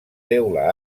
teula